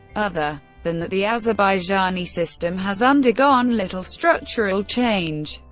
other than that the azerbaijani system has undergone little structural change.